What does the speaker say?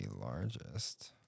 largest